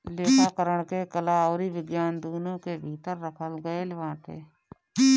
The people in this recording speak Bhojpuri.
लेखाकरण के कला अउरी विज्ञान दूनो के भीतर रखल गईल बाटे